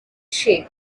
shape